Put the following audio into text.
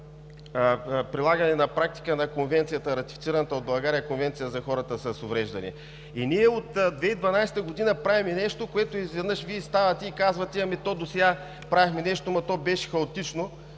прилагане на практика на ратифицираната от България Конвенция за хората с увреждания. От 2012 г. ние правим нещо, което, изведнъж Вие ставате и казвате: „Ами то досега правихме нещо, но то беше хаотично